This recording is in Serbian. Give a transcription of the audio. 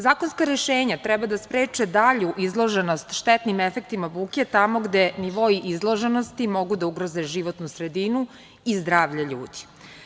Zakonska rešenja treba da spreče dalju izloženost štetnim efektima buke tamo gde nivoi izloženosti mogu da ugroze životnu sredinu i zdravlje ljudi.